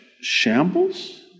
shambles